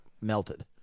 melted